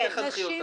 אל תחנכי אותה.